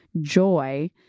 joy